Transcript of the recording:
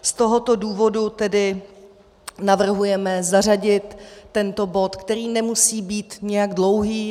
Z tohoto důvodu tedy navrhujeme zařadit tento bod, který nemusí být nijak dlouhý.